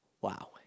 Wow